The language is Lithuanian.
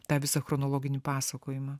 tą visą chronologinį pasakojimą